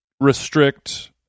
restrict